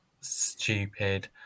stupid